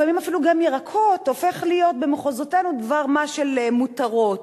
לפעמים אפילו ירקות הופכים להיות במחוזותינו דבר-מה של מותרות.